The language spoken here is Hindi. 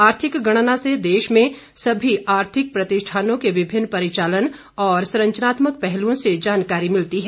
आर्थिक गणना से देश में सभी आर्थिक प्रतिष्ठानों के विभिन्न परिचालन और संरचनात्मक पहलुओं से जानकारी मिलती है